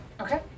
Okay